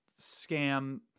scam